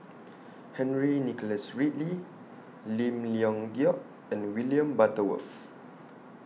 Henry Nicholas Ridley Lim Leong Geok and William Butterworth